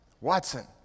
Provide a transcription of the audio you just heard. Watson